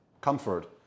comfort